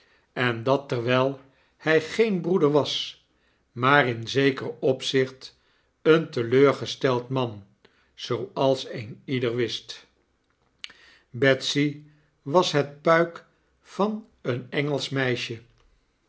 en dat terwyl hy geen broeder was maar in zeker opzicht een teleurgesteld man zooals een ieder wist betsy was het puik van een engelsch meisje